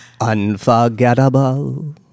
Unforgettable